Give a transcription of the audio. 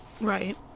right